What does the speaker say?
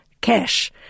cash